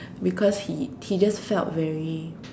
because he he just felt very